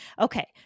Okay